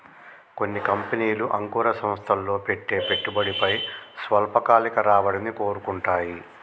కొన్ని కంపెనీలు అంకుర సంస్థల్లో పెట్టే పెట్టుబడిపై స్వల్పకాలిక రాబడిని కోరుకుంటాయి